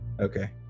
Okay